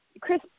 Chris